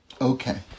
Okay